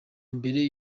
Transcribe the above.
mbere